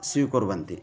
स्वीकुर्वन्ति